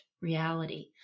reality